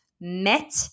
met